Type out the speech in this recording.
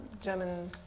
German